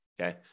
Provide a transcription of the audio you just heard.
okay